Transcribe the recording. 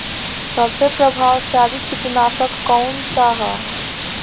सबसे प्रभावशाली कीटनाशक कउन सा ह?